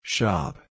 Shop